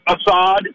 Assad